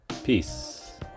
Peace